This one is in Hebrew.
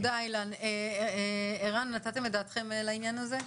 ערן נתתם את דעתם לעניין הזה?